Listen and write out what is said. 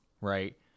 right